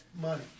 money